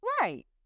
Right